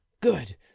good